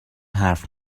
حرف